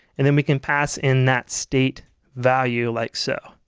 and then we can pass in that state value like so,